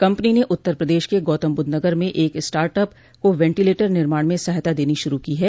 company ने उत्तर प्रदेश के गौतमबुद्ध नगर में एक स्टार्टअप को वेंटिलेटर निर्माण में सहायता देनी शुरू की है